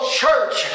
church